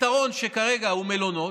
פתרון שכרגע הוא מלונות,